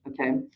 okay